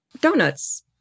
Donuts